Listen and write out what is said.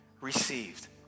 received